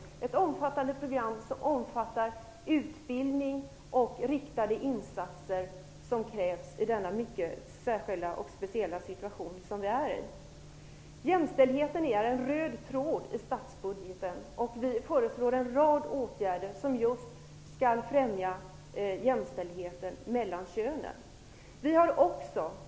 Det är ett omfattande program som inkluderar utbildning och riktade insatser som krävs i den mycket speciella situtation som vi nu befinner oss i. Jämställdheten går som en röd tråd genom statsbudgeten. Vi föreslår en rad åtgärder som just skall främja jämställdheten mellan könen.